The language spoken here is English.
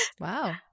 wow